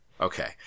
Okay